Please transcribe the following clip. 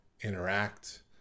interact